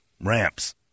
ramps